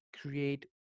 create